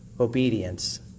Obedience